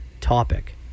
topic